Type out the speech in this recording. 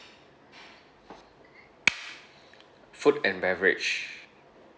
food and beverage